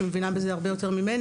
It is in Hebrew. שמבינה יותר ממני